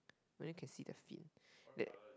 only can see the fin that